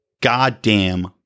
goddamn